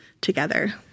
together